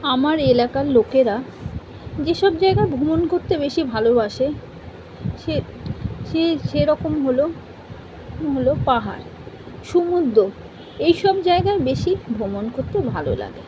আমার এলাকার লোকেরা যেসব জায়গা ভ্রমণ করতে বেশি ভালোবাসে সে সেই সেরকম হলো হলো পাহাড় সমুদ্র এই সব জায়গায় বেশি ভ্রমণ করতে ভালো লাগে